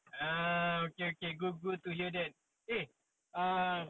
ah okay okay good good to hear that eh ah